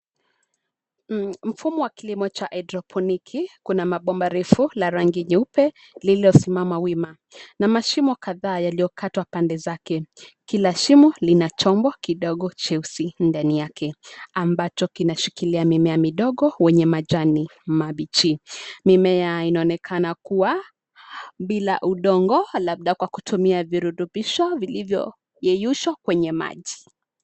Mfumo wa kilimo cha hydroponiki, kuna mabomba refu la rangi nyeupe lililosimama wima na mashimo kadhaa yaliyokatwa pande zake. Kila shimo lina chombo kidogo cheusi ndani yake, ambacho kinashikilia mimea midogo wenye majani mabichi. Mimea inaonekana kuwa bila udongo labda kwa kutumia virutubisho vilivyoyeyushwa kwenye maji.